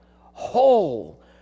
whole